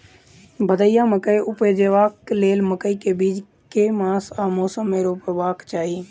भदैया मकई उपजेबाक लेल मकई केँ बीज केँ मास आ मौसम मे रोपबाक चाहि?